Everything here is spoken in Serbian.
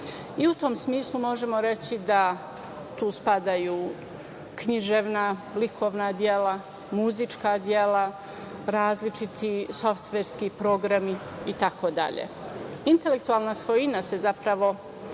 i u tom smislu možemo reći tu spadaju književna, likovna, muzička dela, različiti softverski programi itd. Intelektualna svojina se zapravo